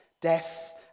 death